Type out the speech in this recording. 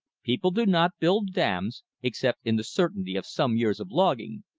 people do not build dams except in the certainty of some years of logging,